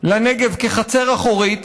לנגב כחצר אחורית.